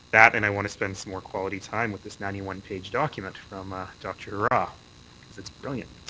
that and i want to spend some more quality time with this ninety one page document from ah dr. harra because it's brilliant.